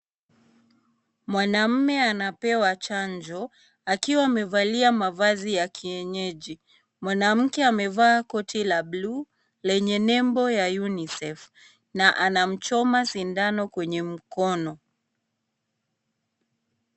Mwanamme anapewa chanjo, akiwa amevalia mavazi ya kienyeji. Mwanamke amevaa koti la bluu, lenye nembo ya UNICEF, na anamchoma sindano kwenye mkono.